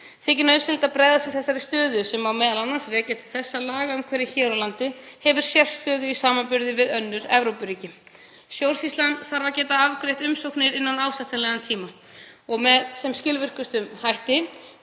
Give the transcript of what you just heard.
Þykir nauðsynlegt að bregðast við þessari stöðu sem má m.a. rekja til þess að lagaumhverfi hér á landi hefur sérstöðu í samanburði við önnur Evrópuríki. Stjórnsýslan þarf að geta afgreitt umsóknir innan ásættanlegs tíma og með sem skilvirkustum hætti.